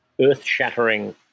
earth-shattering